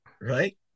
right